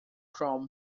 chrome